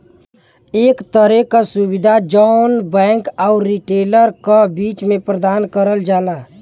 एक तरे क सुविधा जौन बैंक आउर रिटेलर क बीच में प्रदान करल जाला